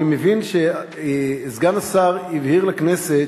אני מבין שסגן השר הבהיר לכנסת